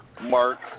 Mark